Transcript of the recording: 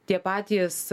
tie patys